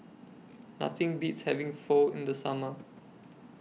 Nothing Beats having Pho in The Summer